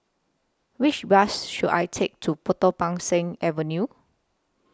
Which Bus should I Take to Potong Pasir Avenue